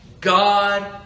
God